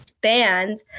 bands